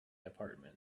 apartment